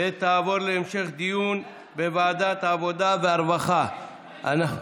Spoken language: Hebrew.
התשפ"ב 2022, לוועדת העבודה והרווחה נתקבלה.